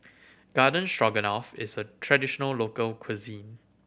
Garden Stroganoff is a traditional local cuisine